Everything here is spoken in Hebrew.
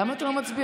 למה אתה לא מצביע,